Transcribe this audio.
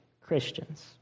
Christians